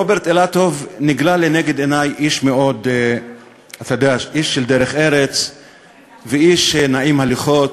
רוברט אילטוב נגלה לנגד עיני כאיש של דרך ארץ ואיש נעים הליכות,